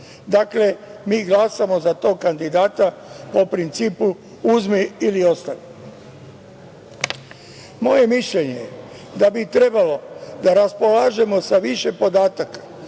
Dakle, mi glasamo za tog kandidata, po principu uzmi ili ostavi. Moje mišljenje je da bi trebalo da raspolažemo sa više podataka